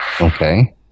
Okay